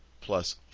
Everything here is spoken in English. plus